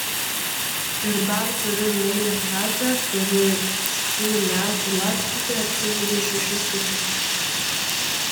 ir dar turiu meilią katę kuri šių metų lapkritį atsivedė šešis kačiukus